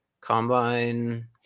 combine